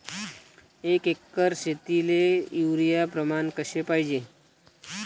एक एकर शेतीले युरिया प्रमान कसे पाहिजे?